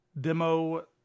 demo